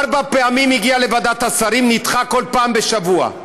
ארבע פעמים הגיע לוועדת השרים, נדחה כל פעם בשבוע.